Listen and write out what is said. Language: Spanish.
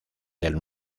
del